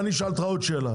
אני אשאל אותך עוד שאלה.